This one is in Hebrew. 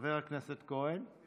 חבר הכנסת כהן,